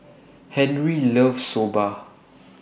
Henri loves Soba